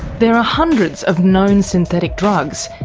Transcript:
there are hundreds of known synthetic drugs,